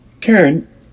Karen